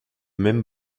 même